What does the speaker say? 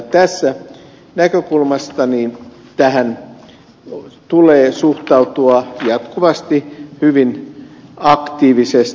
tästä näkökulmasta tähän tulee suhtautua jatkuvasti hyvin aktiivisesti